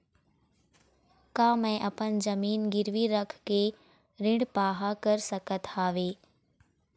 का मैं अपन जमीन गिरवी रख के ऋण पाहां कर सकत हावे?